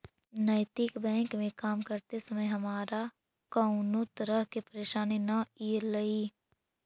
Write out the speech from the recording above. नैतिक बैंक में काम करते समय हमारा कउनो तरह के परेशानी न ईलई